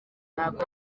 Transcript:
ntabwo